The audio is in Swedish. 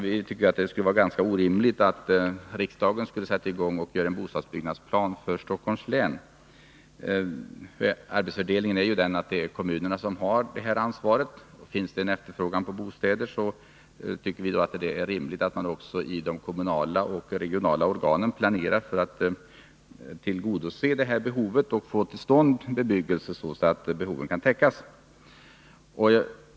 Vi tycker att det vore orimligt om riksdagen skulle göra en bostadsbyggnadsplan för Stockholms län. Arbetsfördelningen är ju den att det är kommunerna som har detta ansvar. Finns det en efterfrågan på bostäder tycker vi att det är rimligt att man i de kommunala och regionala organen planerar för att tillgodose det behovet och få till stånd en bebyggelse så att behoven kan täckas.